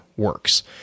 works